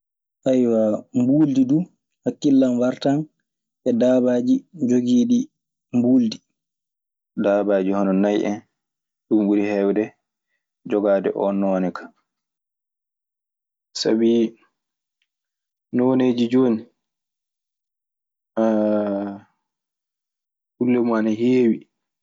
mbuuldi duu, hakkille an wartan e daabaaji jogiiɗi mbuuldi. Daabaaji hono nay en, ɗun ɓuri heewde jogaade oo noone kaa. Sabii nooneeji jooni kulle mun ana heewi.